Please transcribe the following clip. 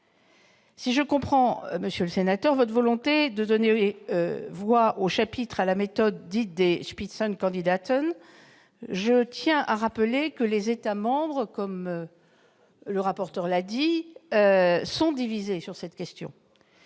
si je comprends votre volonté de donner voix au chapitre à la méthode dite des, je tiens à rappeler que les États membres, comme le rapporteur l'a dit, sont divisés sur cette question.